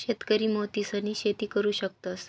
शेतकरी मोतीसनी शेती करु शकतस,